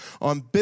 on